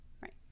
right